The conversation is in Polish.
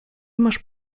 masz